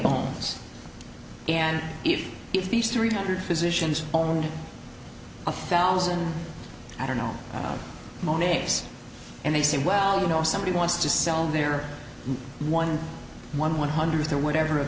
bones and if if these three hundred physicians are only a thousand i don't know monet's and they say well you know if somebody wants to sell their one one one hundredth or whatever of